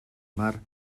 mar